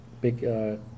big